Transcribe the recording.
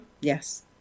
Yes